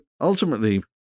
ultimately